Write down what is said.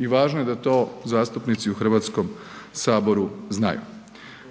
i važno je da to zastupnici u HS znaju,